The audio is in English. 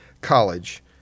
college